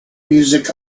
music